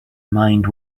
mind